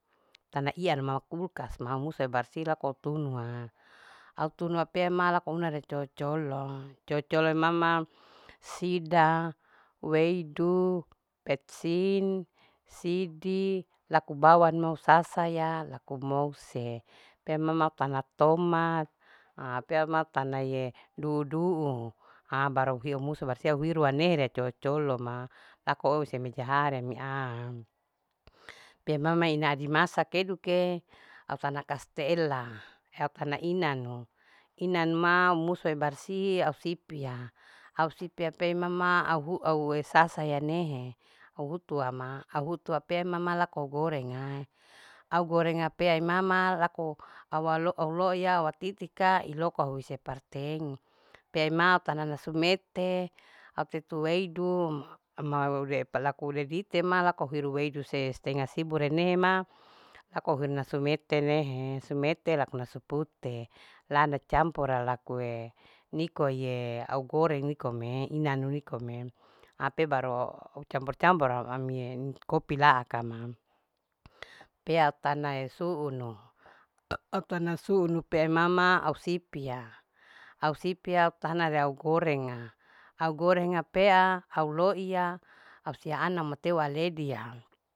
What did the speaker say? Ta iya mama kulkas mau musa barsi loko tunuaa au tunua pe ema lako una re colo. colo. colo. colo maman sida weidu pepsin sidi laku bawan mo sasaya laku mouse pe mama au tana tomat ha pe ma au tana ye duduu ha bara hui musu rua nehe colo. colo ma lako use mejaha re mea pe mama ina adimasa keduke au tana kastela au tana inanu inanma musue barsi au sipia. au sipia pe imama au hu aue sasa nehe au hutu wa ma au hutu ape mama laku gorengaa au gorenga pea imama laku au loiya au atitika iloko ause parteng. pe ima au tana nasumete au tetu weidu ama repa laku udedite ma laku au hiru weidu se stenga sibure nehe ma laku au hiru nasumete nehee ma nasumete. nasumete laku nasu pute lana campora lakue nikoe au goreng nikome inanu nikome apei baru au campor. campora amie ninu kopi laaka ma pea au tanae suunu, autana suunu pe aimama au sipia. ausipia au tana ria au gorenga au gorenga pea au loiya au siha anau matieu aledia